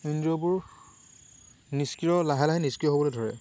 ইন্দ্ৰিয়বোৰ নিষ্ক্ৰিয় লাহে লাহে নিষ্ক্ৰিয় হ'বলৈ ধৰে